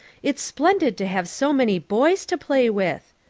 it's splendid to have so many boys to play with.